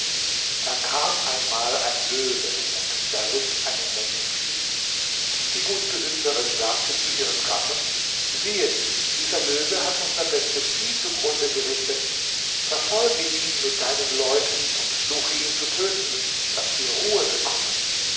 da kam einmal ein löwe und zerriß eine menge vieh die gutsbesitzerin sagte zu ihrem gatten siehe dieser löwe hat unser bestes vieh zugrunde gerichtet verfolge ihn mit deinen leuten und suche ihn zu töten daß wir ruhe bekommen